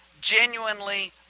genuinely